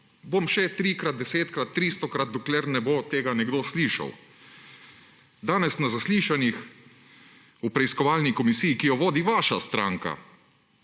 bom še trikrat, desetkrat, tristokrat, dokler ne bo tega nekdo slišal. Danes na zaslišanjih v preiskovalni komisiji, ki jo vodi vaša stranka.